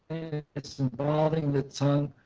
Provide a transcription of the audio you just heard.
it's involving the tongue